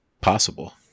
possible